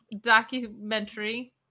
documentary